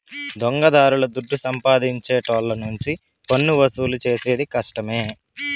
దొంగదారుల దుడ్డు సంపాదించేటోళ్ళ నుంచి పన్నువసూలు చేసేది కష్టమే